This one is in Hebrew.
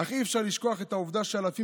אך אי-אפשר לשכוח את העובדה שאלפים